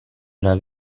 una